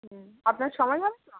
হুম আপনার সময় হবে তো